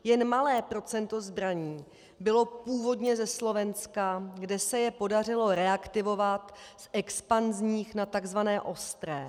Jen malé procento zbraní bylo původně ze Slovenska, kde se je podařilo reaktivovat z expanzních na takzvané ostré.